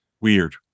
Weird